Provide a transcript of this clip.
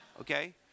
okay